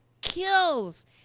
kills